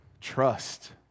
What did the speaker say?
trust